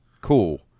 cool